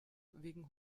wegen